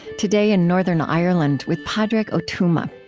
today, in northern ireland with padraig o tuama.